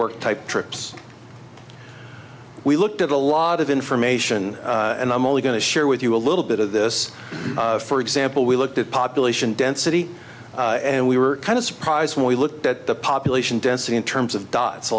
work type trips we looked at a lot of information and i'm only going to share with you a little bit of this for example we looked at population density and we were kind of surprised when we looked at the population density in terms of dots a